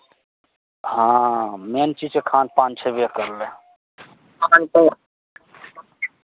हँ मेन चीज खान पान छयबे करलै खान पान